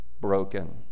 broken